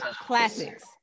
classics